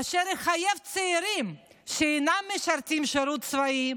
אשר יחייב צעירים שאינם משרתים שירות צבאי,